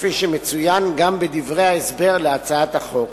כפי שמצוין גם בדברי ההסבר להצעת החוק.